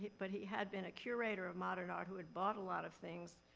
but, he had been a curator of modern art who had bought a lot of things.